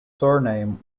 surname